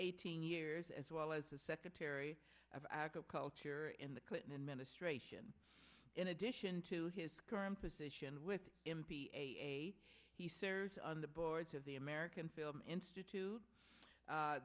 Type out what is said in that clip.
eighteen years as well as the secretary of agriculture in the clinton administration in addition to his current position with him he serves on the boards of the american film institute